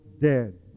dead